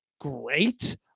great